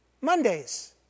Mondays